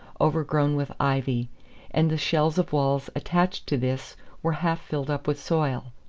over-grown with ivy and the shells of walls attached to this were half filled up with soil.